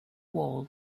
wall